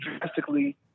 drastically